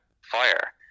fire